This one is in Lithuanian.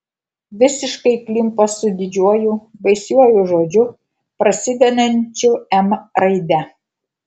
visiškai įklimpo su didžiuoju baisiuoju žodžiu prasidedančiu m raide